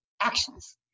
actions